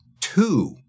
two